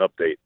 update